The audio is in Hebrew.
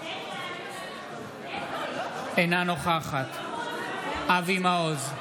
אינה נוכחת אבי מעוז,